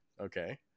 okay